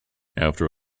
after